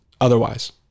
otherwise